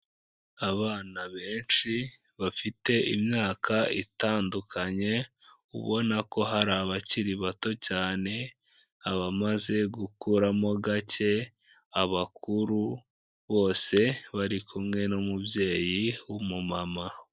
Abana benshi bafite imyaka itandukanye ubona ko hari abakiri bato cyane, abamaze gukuramo gake, abakuru bose bari kumwe n'umubyeyi w'umumama.